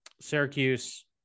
Syracuse